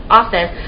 office